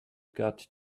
got